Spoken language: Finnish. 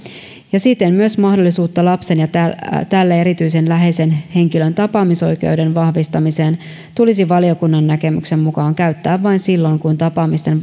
ja siten myös mahdollisuutta lapsen ja tälle erityisen läheisen henkilön tapaamisoikeuden vahvistamiseen tulisi valiokunnan näkemyksen mukaan käyttää vain silloin kun tapaamisten